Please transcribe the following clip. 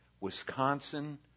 Wisconsin